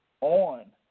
on